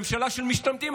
ממשלה של משתמטים.